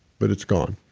but it's gone.